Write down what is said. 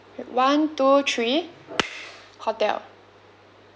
one two three hotel